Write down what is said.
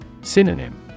Synonym